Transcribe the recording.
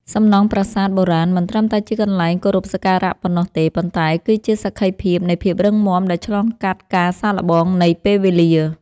សំណង់ប្រាសាទបុរាណមិនត្រឹមតែជាកន្លែងគោរពសក្ការៈប៉ុណ្ណោះទេ ប៉ុន្តែគឺជាសក្ខីភាពនៃភាពរឹងមាំដែលឆ្លងកាត់ការសាកល្បងនៃពេលវេលា។